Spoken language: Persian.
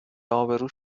ابرو